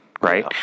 right